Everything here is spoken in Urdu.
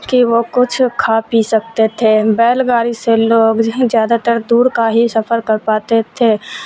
کہ وہ کچھ کھا پی سکتے تھے بیل گاڑی سے لوگ ہی زیادہ تر دور کا ہی سفر کر پاتے تھے